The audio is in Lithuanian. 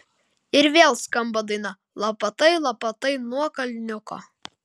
ir vėl skamba daina lapatai lapatai nuo kalniuko